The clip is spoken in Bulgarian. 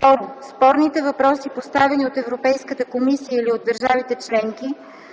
2. спорните въпроси, поставени от Европейската комисия или от държавите членки,